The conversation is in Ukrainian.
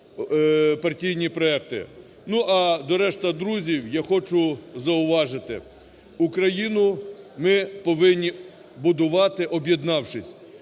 Ну, а до решти друзів я хочу зауважити: Україну ми повинні будувати об'єднавшись.